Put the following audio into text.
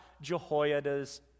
Jehoiada's